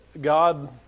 God